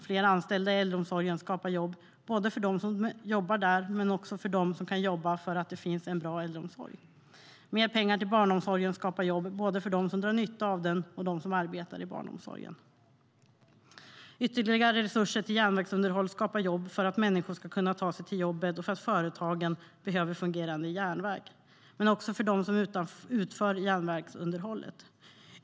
Fler anställda i äldreomsorgen skapar jobb, både för dem som jobbar där och för dem som kan jobba för att det finns en bra äldreomsorg. Mer pengar till barnomsorgen skapar jobb, både för dem som drar nytta av den och för dem som arbetar i barnomsorgen. Ytterligare resurser till järnvägsunderhåll skapar jobb för att människor kan ta sig till jobbet och för att företagen behöver fungerande järnväg, men också för dem som utför järnvägsunderhållet.